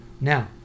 Now